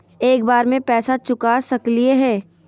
एक बार में पैसा चुका सकालिए है?